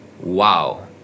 wow